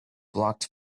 blocked